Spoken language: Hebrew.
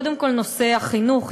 קודם כול, נושא החינוך.